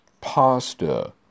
pasta